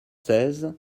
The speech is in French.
seize